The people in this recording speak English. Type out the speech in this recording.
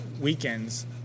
weekends